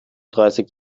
dreißig